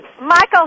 Michael